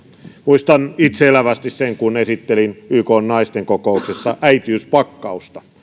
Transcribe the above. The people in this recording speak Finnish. muistan itse elävästi sen kun esittelin ykn naisten kokouksessa äitiyspakkausta